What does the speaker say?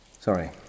Sorry